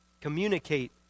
Communicate